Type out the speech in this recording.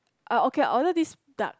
ah okay I order this duck